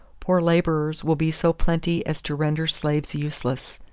poor laborers will be so plenty as to render slaves useless.